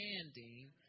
standing